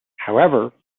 however